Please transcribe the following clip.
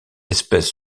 espèce